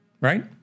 right